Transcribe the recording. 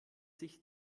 sich